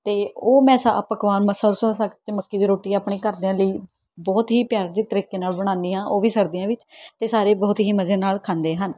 ਅਤੇ ਉਹ ਮੈਂ ਸ ਪਕਵਾਨ ਮੈਂ ਸਰਸੋਂ ਦਾ ਸਾਗ ਅਤੇ ਮੱਕੀ ਦੀ ਰੋਟੀ ਆਪਣੇ ਘਰਦਿਆਂ ਲਈ ਬਹੁਤ ਹੀ ਪਿਆਰ ਜਿਹੇ ਤਰੀਕੇ ਨਾਲ਼ ਬਣਾਉਦੀ ਹਾਂ ਉਹ ਵੀ ਸਰਦੀਆਂ ਵਿੱਚ ਅਤੇ ਸਾਰੇ ਬਹੁਤ ਹੀ ਮਜ਼ੇ ਨਾਲ਼ ਖਾਂਦੇ ਹਨ